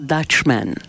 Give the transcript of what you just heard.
Dutchman